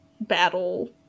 battle